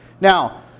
Now